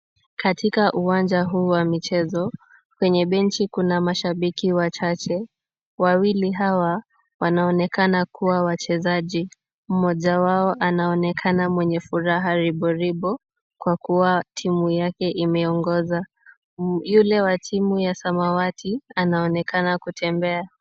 Katika uwanja huu wa michezo, kwenye benchi kuna mashabiki wachache, wawili hawa wanaonekana kuwa wachezaji, mmoja wao anaonekana mwenye furaha riboribo kwa kuwa timu yake imeongoza, yule wa timu ya samawati anaonekana kutembea.